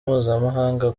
mpuzamahanga